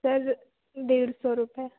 sir डेढ़ सौ रुपये